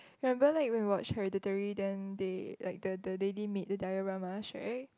remember like when we watch hereditary then they like the the lady made the dilemmas right